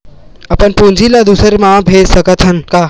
अपन पूंजी ला दुसर के मा भेज सकत हन का?